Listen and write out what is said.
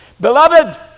Beloved